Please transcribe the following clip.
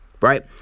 right